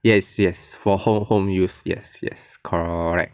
yes yes for home home use yes yes correct